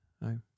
No